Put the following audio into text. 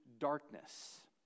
darkness